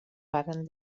varen